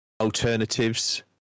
alternatives